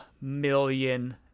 million